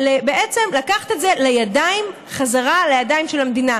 בעצם, לקחת את זה חזרה לידיים של המדינה.